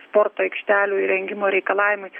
sporto aikštelių įrengimo reikalavimai